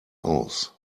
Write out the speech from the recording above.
aus